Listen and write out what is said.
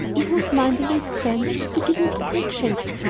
in whose mind a vague plan was beginning to take shape.